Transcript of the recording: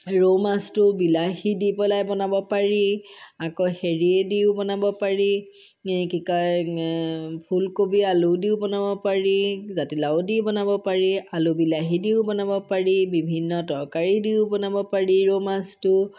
ৰৌ মাছটো বিলাহী দি পেলাই বনাব পাৰি আকৌ হেৰিও দি বনাব পাৰি কি কয় ফুলকবি আলুও দিও বনাব পাৰি জাতিলাও দি বনাব পাৰি আলু বিলাহীও দিও বনাব পাৰি বিভিন্ন তৰকাৰী দিও বনাব পাৰি ৰৌ মাছটো